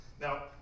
Now